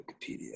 Wikipedia